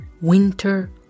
winter